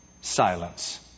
silence